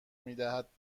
میدهد